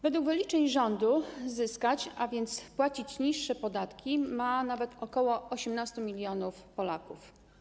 Według wyliczeń rządu zyskać, a więc płacić niższe podatki, ma nawet ok. 18 mln Polaków.